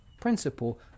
principle